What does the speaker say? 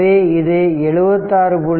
எனவே இது 76